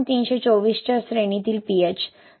324 च्या श्रेणीतील pH